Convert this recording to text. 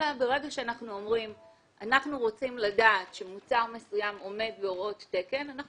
אלא כאשר אנחנו רוצים לדעת שמוצר מסוים עומד בהוראות תקן אנחנו